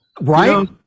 Right